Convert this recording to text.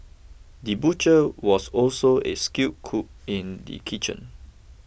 the butcher was also a skilled cook in the kitchen